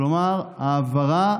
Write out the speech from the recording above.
כלומר, העבירה